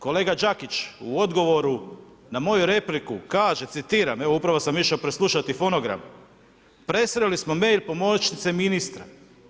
Kolega Đakić u odgovoru na moju repliku kaže, citiram, evo upravo sam išao preslušati fonogram, presreli smo mail pomoćnici ministara.